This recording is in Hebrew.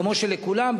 כמו שלכולם,